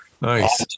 Nice